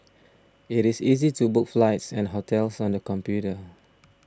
it is easy to book flights and hotels on the computer